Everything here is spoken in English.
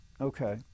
Okay